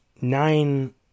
nine